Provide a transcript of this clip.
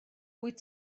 wyt